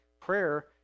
Prayer